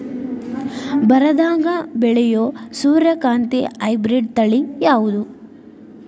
ಬರದಾಗ ಬೆಳೆಯೋ ಸೂರ್ಯಕಾಂತಿ ಹೈಬ್ರಿಡ್ ತಳಿ ಯಾವುದು?